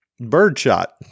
birdshot